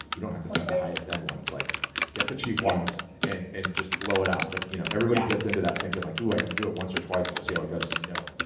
you don't have to send the highest-end ones. like get the cheap ones and and just blow it out, but you know everybody gets into that thinking like, ooh, i can do it once or twice and we'll see how it goes. no.